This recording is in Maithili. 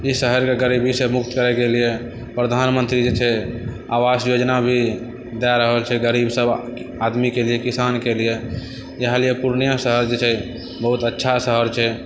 ई शहरके गरीबीसँ मुक्त करैके लियऽ प्रधानमंत्री जे छै आवास योजना भी दए रहल छै गरीब सब आदमीके किसानके लियऽ इएह लियऽ पूर्णिया शहर जे छै बहुत अच्छा शहर छै